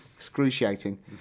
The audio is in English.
excruciating